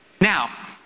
Now